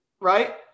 right